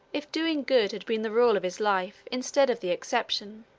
if doing good had been the rule of his life instead of the exception.